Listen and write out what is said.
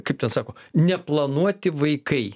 kaip ten sako neplanuoti vaikai